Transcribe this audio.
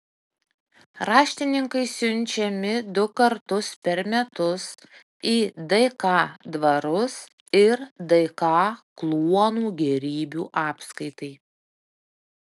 raštininkai siunčiami du kartus per metus į dk dvarus ir dk kluonų gėrybių apskaitai